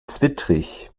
zwittrig